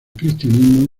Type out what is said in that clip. cristianismo